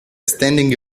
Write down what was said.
standing